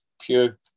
pure